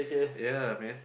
ya man